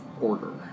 order